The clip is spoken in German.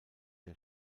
der